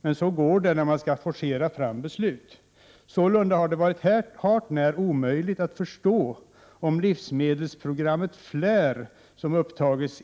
Men så går det när man skall forcera fram beslut. Sålunda har det varit hart när omöjligt att förstå om livsmedelsprogrammet FLAIR, som upptagits